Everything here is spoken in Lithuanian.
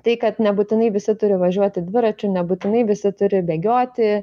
tai kad nebūtinai visi turi važiuoti dviračiu nebūtinai visi turi bėgioti